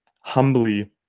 humbly